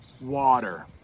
water